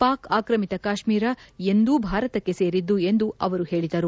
ಪಾಕ್ ಆಕ್ರಮಿತ ಕಾಶ್ಮೀರ ಎಂದೂ ಭಾರತಕ್ಕೆ ಸೇರಿದ್ದು ಎಂದು ಅವರು ಹೇಳಿದರು